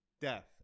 death